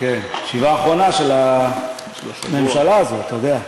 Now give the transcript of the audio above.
ישיבה אחרונה של הממשלה הזאת, אתה יודע.